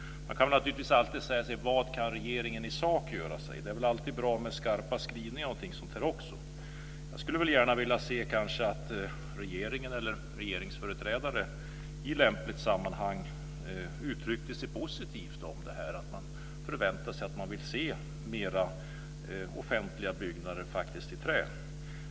Man kan alltid fråga sig vad regeringen i sak kan göra. Det är bra med skarpa skrivningar. Jag skulle gärna se att regeringen eller regeringsföreträdare i lämpligt sammanhang uttryckte att man förväntar sig att få se mer av offentliga byggnader i trä.